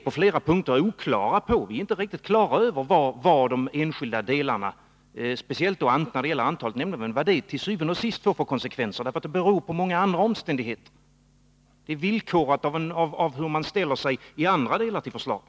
På flera punkter är vi inte helt på det klara med vilka konsekvenser de enskilda delarna, speciellt när det gäller antalet nämndemän, til syvende og sidst får. Det beror på många andra omständigheter. Det är villkorat av hur man ställer sig till andra delar av förslaget.